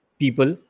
people